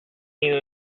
you